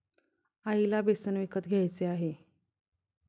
आईला बेसन विकत घ्यायचे आहे